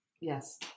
Yes